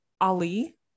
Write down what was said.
Ali